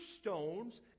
stones